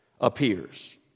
appears